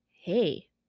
hey